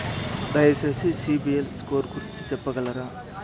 దయచేసి సిబిల్ స్కోర్ గురించి చెప్పగలరా?